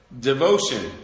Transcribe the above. devotion